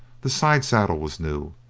the side saddle was new,